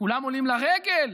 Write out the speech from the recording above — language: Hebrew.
כולם עולים לרגל,